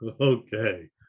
Okay